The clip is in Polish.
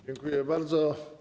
Dziękuję bardzo.